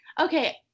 Okay